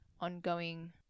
ongoing